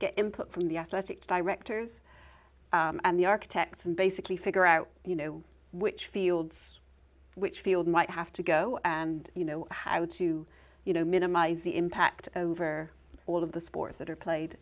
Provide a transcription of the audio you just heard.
get input from the athletic directors and the architects and basically figure out you know which fields which field might have to go and you know i would to you know minimize the impact over all of the sports that are played